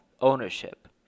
ownership